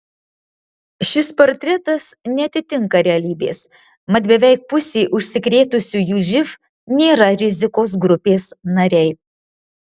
šis portretas neatitinka realybės mat beveik pusė užsikrėtusiųjų živ nėra rizikos grupės nariai